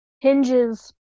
hinges